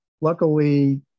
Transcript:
luckily